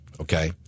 okay